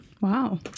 Wow